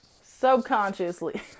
subconsciously